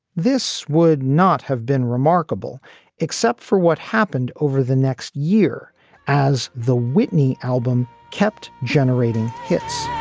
this would not have been remarkable except for what happened over the next year as the whitney album kept generating hits